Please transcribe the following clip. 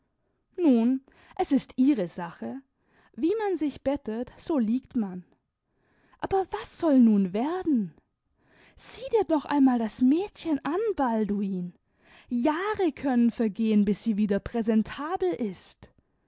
nun es ist ihre sache wie man sich bettet so liegt man aber was soll nun werden sieh dir noch einmal das mädchen an balduin jahre können vergehen bis sie wieder präsentabel ist